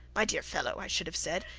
my dear fellow i should have said,